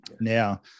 Now